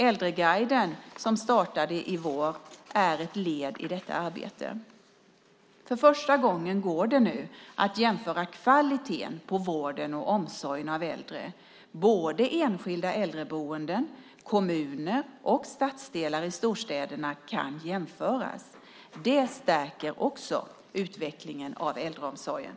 Äldreguiden som startade i våras är ett led i det arbetet. För första gången går det nu att jämföra kvaliteten på vården och omsorgen av äldre. Både enskilda äldreboenden, kommuner och stadsdelar i storstäderna kan jämföras. Det stärker också utvecklingen av äldreomsorgen.